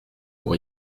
pour